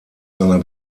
seiner